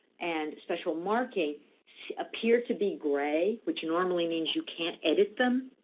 and special markings appear to be gray, which normally means you can't edit them.